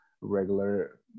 regular